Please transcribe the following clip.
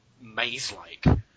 maze-like